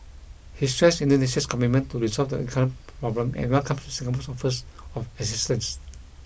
he stressed Indonesia's commitment to resolve the current problem and welcomed Singapore's offers of assistance